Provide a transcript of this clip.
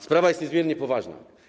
Sprawa jest niezmiernie poważna.